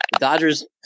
Dodgers